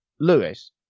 Lewis